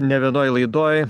ne vienoj laidoj